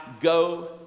go